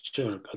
Sure